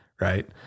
right